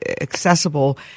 accessible